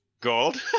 gold